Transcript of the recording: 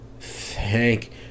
Thank